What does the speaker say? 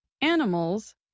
Animals